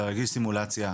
להגיש סימולציה.